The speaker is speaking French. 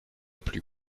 plus